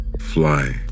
fly